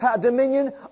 dominion